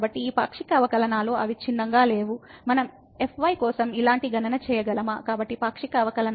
కాబట్టి ఈ పాక్షిక అవకలనాలు అవిచ్ఛిన్నంగా లేవుRefer Time 3118 మనం fy కోసం ఇలాంటి గణన చేయగలమా